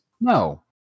no